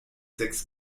sechs